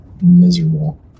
miserable